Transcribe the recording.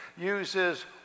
uses